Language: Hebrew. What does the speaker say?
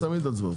ראינו.